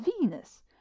Venus